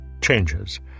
changes